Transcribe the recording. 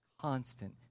constant